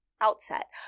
outset